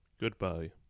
Goodbye